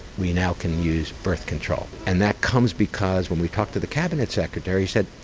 we now can use birth control, and that comes because when we talked to the cabinet secretary he said,